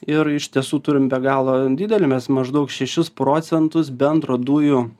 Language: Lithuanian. ir iš tiesų turim be galo didelį mes maždaug šešis procentus bendro dujų